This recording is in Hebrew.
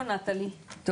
כן.